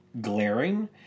glaring